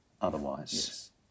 otherwise